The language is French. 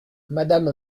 madame